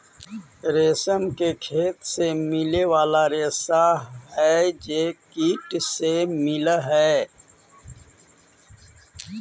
रेशम के खेत से मिले वाला रेशा हई जे कीट से मिलऽ हई